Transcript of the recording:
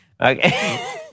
Okay